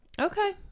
Okay